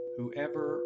Whoever